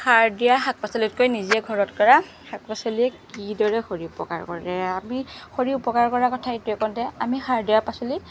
সাৰ দিয়া শাক পাচলিতকৈ নিজেই ঘৰত কৰা শাক পাচলিয়ে কি দৰে শৰীৰ উপকাৰ কৰে আমি শৰীৰ উপকাৰ কৰা কথা এইটোৱে কওঁ যে আমি সাৰ দিয়া পাচলি